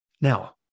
Now